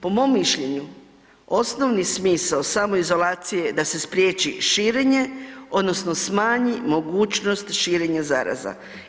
Po mom mišljenju osnovni smisao samoizolacije sa se spriječi širenje odnosno smanji mogućnost širenja zaraza.